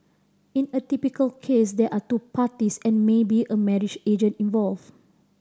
in a typical case there are two parties and maybe a marriage agent involved